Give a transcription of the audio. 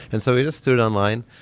and so we just threw it online,